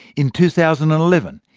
in two thousand and eleven,